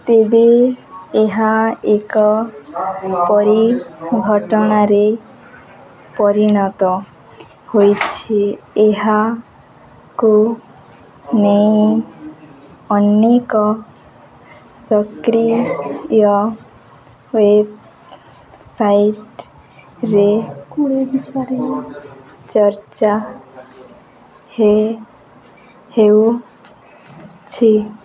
ତେବେ ଏହା ଏକ ପରିଘଟଣାରେ ପରିଣତ ହେଇଛି ଏହାକୁ ନେଇ ଅନେକ ସକ୍ରିୟ ୱେବସାଇଟ୍ରେ ଚର୍ଚ୍ଚା ହେ ହେଉଛି